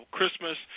Christmas